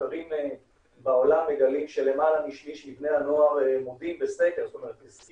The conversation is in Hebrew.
מחקרים בעולם מגלים שלמעלה מ-1/3 מבני הנוער מודים --- הסכימו